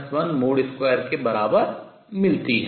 2 के बराबर मिलती है